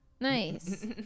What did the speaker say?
Nice